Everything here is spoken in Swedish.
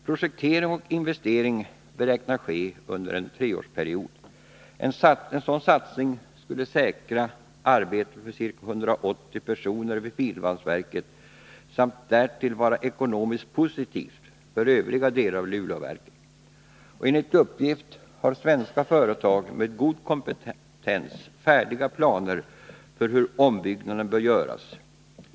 Projektering och investering beräknas ske under en treårsperiod. En sådan satsning skulle säkra arbetet för ca 180 personer vid finvalsverket samt därtill vara ekonomiskt positiv för övriga delar av Luleverken. Enligt uppgift har svenska företag med god kompetens färdiga planer för hur ombyggnaden bör göras.